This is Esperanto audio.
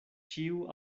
ĉiu